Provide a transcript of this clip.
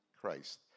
Christ